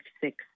six